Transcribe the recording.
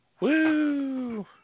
Woo